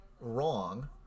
wrong